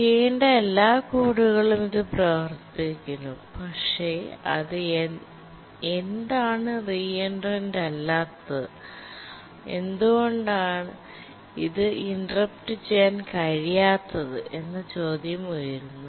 ചെയ്യേണ്ട എല്ലാ കോഡുകളും ഇത് പ്രവർത്തിപ്പിക്കുന്നു പക്ഷേ അത് എന്താണ് റീ എൻട്രൻറ് അല്ലാത്തത് എന്തുകൊണ്ട് ഇത് ഇന്റെര്പ്ട്ചെയ്യാൻ കഴിയാത്തത് എന്ന ചോദ്യം ഉയരുന്നു